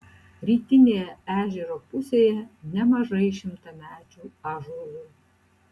rytinėje ežero pusėje nemažai šimtamečių ąžuolų